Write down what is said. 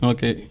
Okay